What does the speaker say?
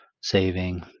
saving